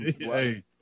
Hey